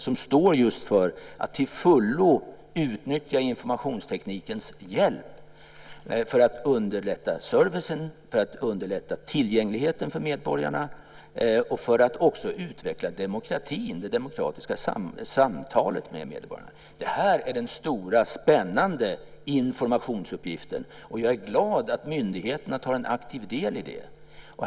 Det står just för att man till fullo ska utnyttja informationstekniken för att underlätta servicen, för att underlätta tillgängligheten för medborgarna och för att också utveckla demokratin, det demokratiska samtalet med medborgarna. Det här är den stora och spännande informationsuppgiften. Jag är glad över att myndigheterna tar en aktiv del i den.